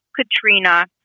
Katrina